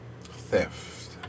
theft